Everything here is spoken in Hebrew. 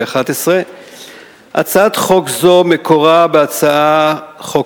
התשע"א 2011. הצעת חוק זו מקורה בהצעת חוק